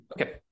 Okay